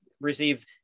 receive